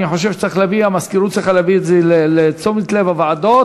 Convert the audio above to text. אני חושב שהמזכירות צריכה להביא את זה לתשומת לב הוועדות,